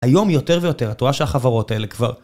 היום יותר ויותר, את רואה שהחברות האלה כבר...